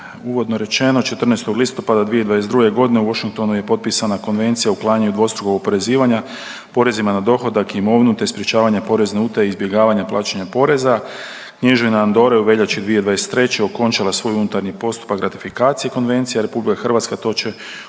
uvodno rečeno 14. listopada 2022. u Washingtonu je potpisana Konvencija o uklanjanju dvostrukog oporezivanja, porezima na dohodak, imovinu te sprječavanja porezne utaje izbjegavanja plaćanja poreza. Kneževina Andora je u veljači 2023. okončala svoj unutarnji postupak ratifikacije Konvencije. Republika Hrvatska to će učiniti